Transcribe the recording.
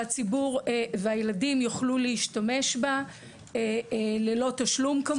שהציבור והילדים יוכלו להשתמש בה ללא תשלום כמובן.